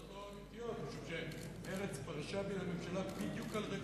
העובדות לא אמיתיות משום שמרצ פרשה מהממשלה בדיוק על הרקע,